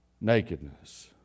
nakedness